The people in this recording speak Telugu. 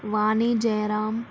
వాణి జయరామ్